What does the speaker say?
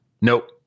nope